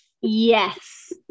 Yes